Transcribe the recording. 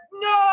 no